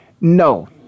no